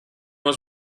was